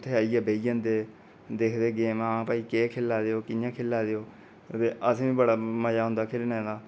ते इत्थै आइयै बेही जंदे दिखदे गेम ओह् कि केह् खेल्ला दे कि'यां खेल्ला दे ते असें ई बी बड़ा मज़ा औंदा खेलने दा